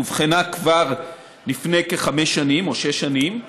אובחנה כבר לפני כחמש שנים או שש שנים,